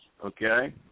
Okay